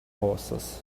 horses